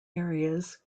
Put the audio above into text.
areas